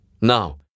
Now